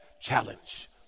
challenge